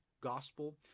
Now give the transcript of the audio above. gospel